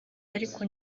ariko